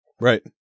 Right